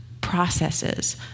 processes